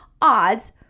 odds